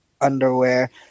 underwear